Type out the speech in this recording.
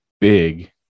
big